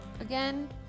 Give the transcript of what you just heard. Again